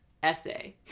Essay